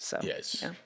Yes